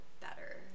better